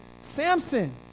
Samson